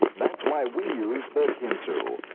that's why we use the ginsu.